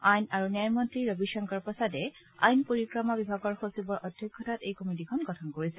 আইন আৰু ন্যায়মন্ত্ৰী ৰবিশংকৰ প্ৰসাদে আইন পৰিক্ৰমা বিভাগৰ সচিবৰ অধ্যক্ষতাত এই কমিটীখন গঠন কৰিছে